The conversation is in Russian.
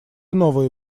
новые